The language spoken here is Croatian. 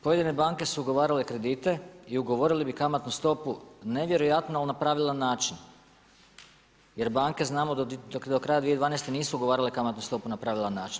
Pojedine banke su ugovarale kredite i ugovorile bi kamatnu stopu nevjerojatno ali na pravilan način. jer banke znamo da do kraja 2012. nisu ugovarale kamatnu stopu na pravilan način.